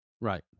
right